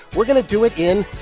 we're going to do it in